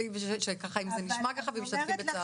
אנחנו מתנצלים אם זה נשמע ככה ומשתתפים בצערך.